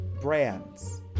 brands